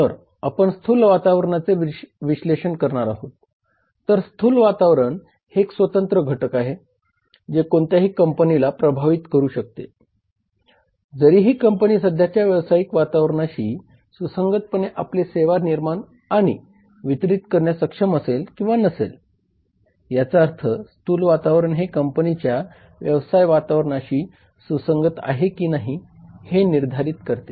तर आपण स्थूल वातावरणाचे विश्लेषण करणार आहोत तर स्थूल वातावरण हे एक स्वतंत्र घटक आहे जे कोणत्याही कंपनीला प्रभावित करू शकते जरीही कंपनी सध्याच्या व्यावसायिक वातावरणाशी सुसंगतपणे आपली सेवा निर्माण आणि वितरित करण्यास सक्षम असेल किंवा नसेल याचा अर्थ स्थूल वातावरण हे कंपनीच्या व्यवसाय वातावरणाशी सुसंगत आहे की नाही हे निर्धारित करते